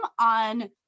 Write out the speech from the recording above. on